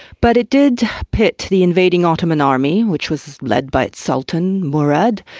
but it did pit the invading ottoman army which was led by its sultan, murad,